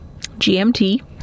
GMT